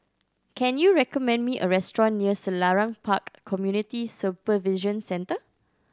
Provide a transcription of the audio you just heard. can you recommend me a restaurant near Selarang Park Community Supervision Centre